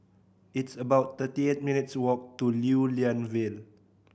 it's about thirty eight minutes' walk to Lew Lian Vale